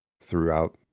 throughout